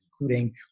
including